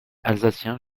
alsacien